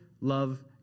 love